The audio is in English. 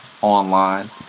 online